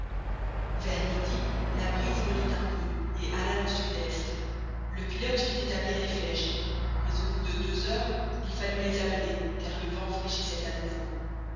vers midi la brise mollit un peu et hâla le sud-est le pilote fit établir les flèches mais au bout de deux heures il fallut les amener car le vent fraîchissait à nouveau